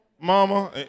mama